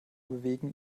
bewegen